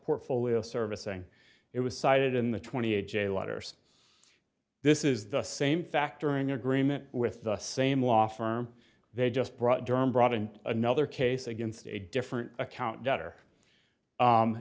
portfolio servicing it was cited in the twenty a j letters this is the same factoring agreement with the same law firm they just brought german brought in another case against a different account debtor